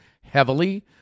heavily